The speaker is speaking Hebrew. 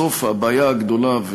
בסוף הבעיה הגדולה,